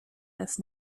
das